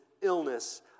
illness